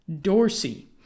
Dorsey